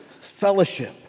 Fellowship